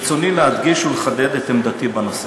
ברצוני להדגיש ולחדד את עמדתי בנושא.